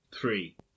three